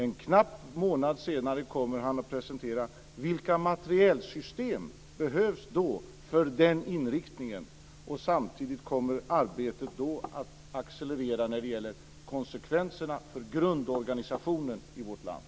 En knapp månad senare kommer han att presentera vilka materielsystem som behövs för den här inriktningen, och samtidigt kommer arbetet att accelerera när det gäller konsekvenserna för grundorganisationen i vårt land.